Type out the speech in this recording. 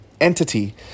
entity